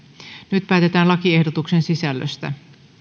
nyt päätetään lakiehdotuksen sisällöstä